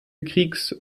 kriegs